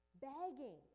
Begging